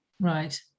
Right